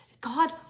God